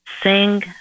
sing